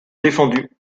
défendus